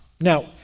Now